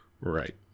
Right